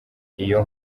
iyo